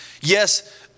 Yes